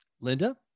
Linda